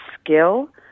skill